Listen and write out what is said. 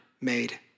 made